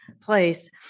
place